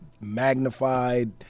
magnified